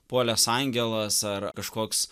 puolęs angelas ar kažkoks